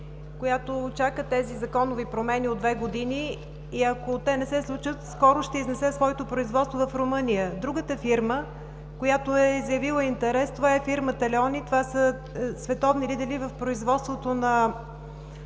чака тези законови промени от две години и, ако те не се случат, скоро ще изнесе своето производство в Румъния. Другата фирма, която е заявила интерес, е фирмата „Леони“. Това са световни лидери в производството на